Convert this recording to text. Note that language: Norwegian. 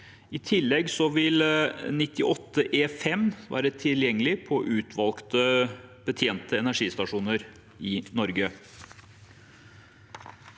I tillegg vil 98 E5 være tilgjengelig på utvalgte betjente energistasjoner i Norge.